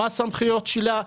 מה הסמכויות שלה?